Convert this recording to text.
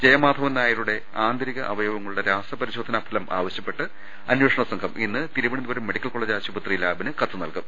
ജയ മാധവൻ നായരുടെ ആന്തരിക അവയവങ്ങളുടെ രാസപരിശോധന ഫലം ആവശ്യപ്പെട്ട് അന്വേഷണ സംഘം ഇന്ന് തിരുവനന്തപുരം മെഡിക്കൽ കോളേജ് ആശുപത്രി ലാബിന് കത്തു നൽകും